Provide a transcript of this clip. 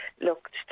looked